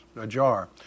ajar